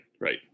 right